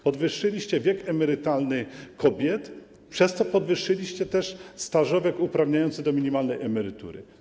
Podwyższyliście wiek emerytalny kobiet, przez co podwyższyliście też kryterium stażowe uprawniające do minimalnej emerytury.